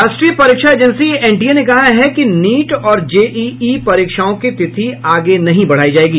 राष्ट्रीय परीक्षा agency N T A ने कहा है कि नीट और जे ई ई परीक्षाओं की तिथि आगे नहीं बढ़ायी जायेगी